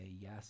yes